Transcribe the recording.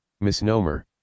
Misnomer